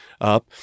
up